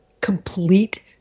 complete